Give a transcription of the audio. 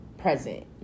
Present